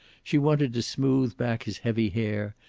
she wanted to smooth back his heavy hair,